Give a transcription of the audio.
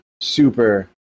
super